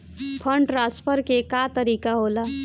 Fund transfer के का तरीका होला?